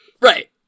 right